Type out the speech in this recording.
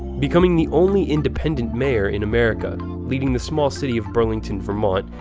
becoming the only independent mayor in america, leading the small city of burlington, vermont,